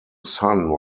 son